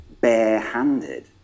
barehanded